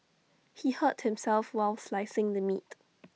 he hurt himself while slicing the meat